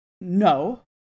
No